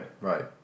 Right